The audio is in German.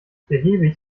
behäbig